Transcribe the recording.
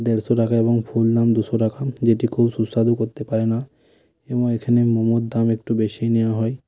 দেড়শো টাকা এবং ফুল দাম দুশো টাকা যেটি খুব সুস্বাদু করতে পারে না এবং এখানে মোমোর দাম একটু বেশিই নেওয়া হয়